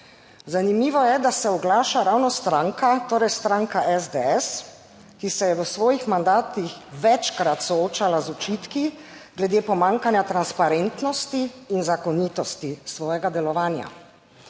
Zanimivo je, da se oglaša ravno stranka, torej stranka SDS, ki se je v svojih mandatih večkrat soočala z očitki glede pomanjkanja transparentnosti in zakonitosti svojega delovanja,